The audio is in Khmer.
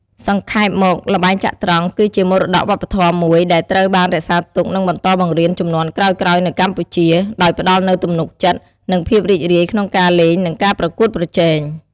សង្ខេបមកល្បែងចត្រង្គគឺជាមរតកវប្បធម៌មួយដែលត្រូវបានរក្សាទុក និងបន្តបង្រៀនជំនាន់ក្រោយៗនៅកម្ពុជា ដោយផ្តល់នូវទំនុកចិត្ត និងភាពរីករាយក្នុងការលេង និងការប្រកួតប្រជែង។